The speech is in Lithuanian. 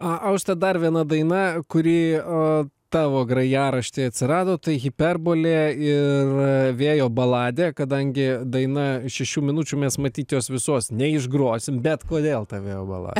auste dar viena daina kuri o tavo grojaraštyje atsirado tai hiperbolė ir vėjo baladė kadangi daina šešių minučių mes matyt jos visos neišgrosim bet kodėl ta vėjo bala